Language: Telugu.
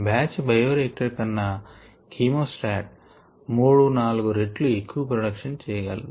బాచ్ బయో రియాక్టర్ కన్నా ఖీమో స్టాట్ 3 4 రెట్లు ఎక్కువ ప్రొడక్షన్ చేయగలదు